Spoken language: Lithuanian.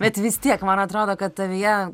bet vis tiek man atrodo kad tavyje